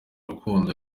urukundo